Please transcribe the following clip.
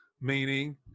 meaning